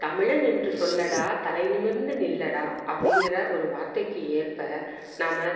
தமிழன் என்று சொல்லடா தலை நிமிர்ந்து நில்லடா அப்படிங்கிற ஒரு வார்த்தைக்கு ஏற்ப நாம்